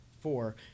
four